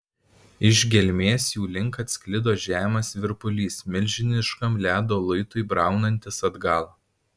iš gelmės jų link atsklido žemas virpulys milžiniškam ledo luitui braunantis atgal